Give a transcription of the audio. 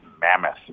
mammoth